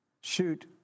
shoot